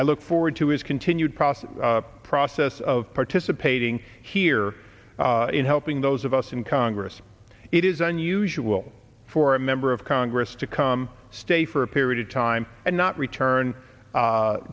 i look forward to his continued process process of participating here in helping those of us in congress it is unusual for a member of congress to come stay for a period of time and not return